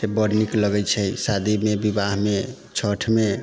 से बड़ नीक लगै छै शादी मे बिबाह मे छठि मे